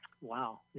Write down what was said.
wow